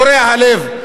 קורע הלב,